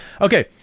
Okay